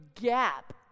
gap